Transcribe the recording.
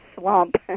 slump